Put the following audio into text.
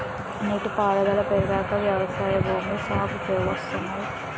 నీటి పారుదుల పెరిగాక వ్యవసాయ భూమి సాగు ఎక్కువయింది